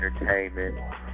Entertainment